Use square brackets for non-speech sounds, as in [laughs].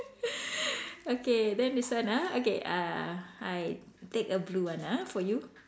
[laughs] okay then this one ah okay uh I take a blue one ah for you